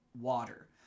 water